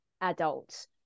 adults